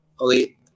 Okay